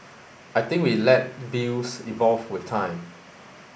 I think we let views evolve with time